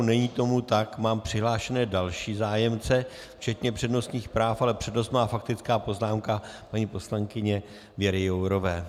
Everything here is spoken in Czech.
Není tomu tak, mám přihlášené další zájemce včetně přednostních práv, ale přednost má faktická poznámka paní poslankyně Věry Jourové.